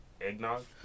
eggnog